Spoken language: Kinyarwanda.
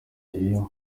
iyo